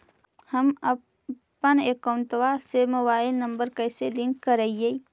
हमपन अकौउतवा से मोबाईल नंबर कैसे लिंक करैइय?